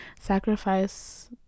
sacrifice